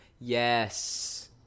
Yes